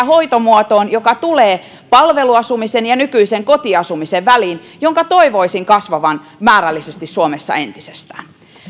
hoitomuotoon joka tulee palveluasumisen ja nykyisen kotiasumisen väliin ja jonka toivoisin kasvavan määrällisesti suomessa entisestään